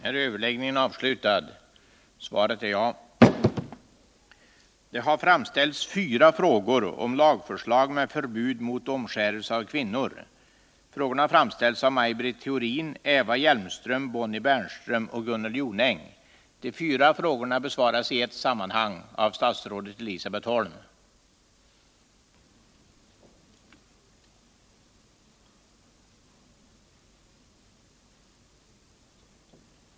Socialutskottet har beslutat att till hösten uppskjuta behandlingen av frågan om en lag mot omskärelse av kvinnor. Samtidigt är det viktigt att ett klart uttalande från svensk sida mot stympning av kvinnor föreligger inför FN:s kvinnokonferens i Köpenhamn. Är statsrådet beredd att uttala sig mot stympning av kvinnor, och kommer ett lagförslag i denna riktning att föreläggas riksdagen under hösten?